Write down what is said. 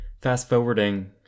fast-forwarding